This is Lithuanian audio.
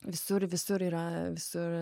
visur visur yra visur